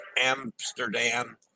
Amsterdam